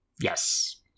Yes